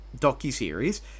docuseries